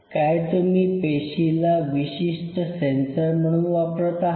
काय तुम्ही पेशीला विशिष्ट सेन्सर म्हणून वापरत आहात